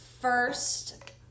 first